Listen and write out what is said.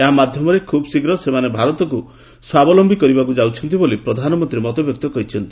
ଏହା ମାଧ୍ୟମରେ ଖୁବ୍ଶୀଘ୍ର ସେମାନେ ଭାରତକୁ ସ୍ୱାବଲମ୍ଭୀ କରିବାକୁ ଯାଉଛନ୍ତି ବୋଲି ପ୍ରଧାନମନ୍ତ୍ରୀ ମତବ୍ୟକ୍ତ କରିଛନ୍ତି